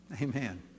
Amen